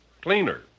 cleaner